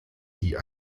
die